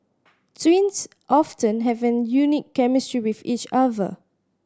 twins often have a unique chemistry with each other